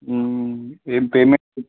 ఏం పేమెంట్